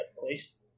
place